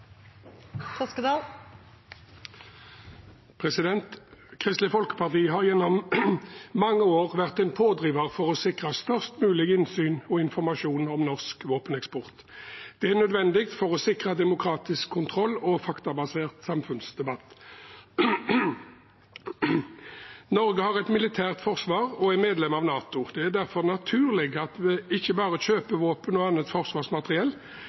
og Emiratene. Kristelig Folkeparti har gjennom mange år vært en pådriver for å sikre størst mulig innsyn i og informasjon om norsk våpeneksport. Det er nødvendig for å sikre demokratisk kontroll og faktabasert samfunnsdebatt. Norge har et militært forsvar og er medlem av NATO. Det er derfor naturlig at vi ikke bare kjøper våpen og annet forsvarsmateriell,